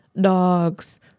dogs